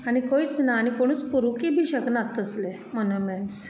आनी खंयच ना आनी कोणूच करूंकय बी शकनात तसलें मोनुमेंट्स